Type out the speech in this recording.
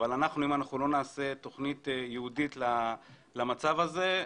ולא נעשה תוכנית ייעודית למצב הזה,